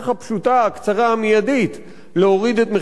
הדרך הפשוטה,